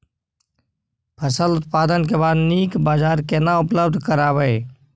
फसल उत्पादन के बाद नीक बाजार केना उपलब्ध कराबै?